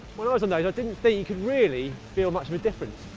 when i was on there i didn't think you could really feel much of a difference.